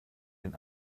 den